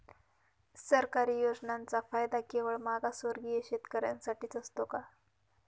सरकारी योजनांचा फायदा केवळ मागासवर्गीय शेतकऱ्यांसाठीच असतो का?